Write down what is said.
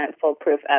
foolproof